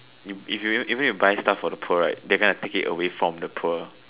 even even if you buy stuff from the poor right they gonna take it away from the poor